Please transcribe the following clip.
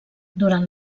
durant